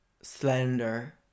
slender